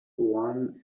one